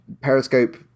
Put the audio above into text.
Periscope